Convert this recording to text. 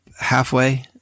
halfway